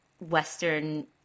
western